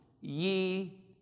ye